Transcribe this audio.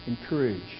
encourage